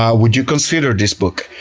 um would you consider this book?